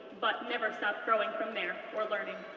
but never stopped growing from there, or learning.